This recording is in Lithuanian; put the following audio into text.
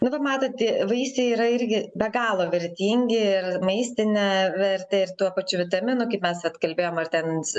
nu va matot vaisiai yra irgi be galo vertingi ir maistine verte ir tuo pačiu vitaminų kaip mes vat kalbėjom ar ten